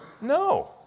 No